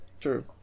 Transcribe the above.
true